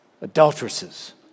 Adulteresses